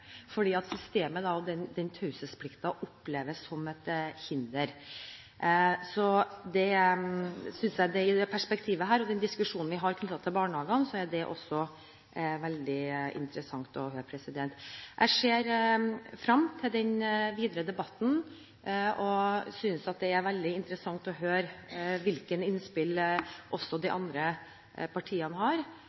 fordi systemet og taushetsplikten opplevdes som et hinder. Jeg synes at i dette perspektivet og i den diskusjonen vi har knyttet til barnehagene, er det veldig interessant å høre. Jeg ser frem til den videre debatten, og synes at det er veldig interessant å høre hvilke innspill de andre partiene har